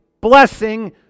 blessing